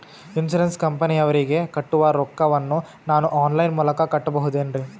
Insurance ಕಂಪನಿಯವರಿಗೆ ಕಟ್ಟುವ ರೊಕ್ಕ ವನ್ನು ನಾನು ಆನ್ ಲೈನ್ ಮೂಲಕ ಕಟ್ಟಬಹುದೇನ್ರಿ?